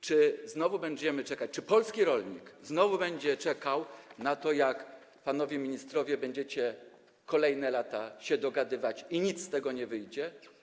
Czy znowu będziemy czekać, czy polski rolnik znowu będzie czekał, a panowie ministrowie będziecie kolejne lata się dogadywać i nic z tego nie wyjdzie?